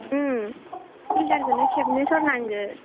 उम फिल्टारखौनो खेबनै सरनांगौ